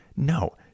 No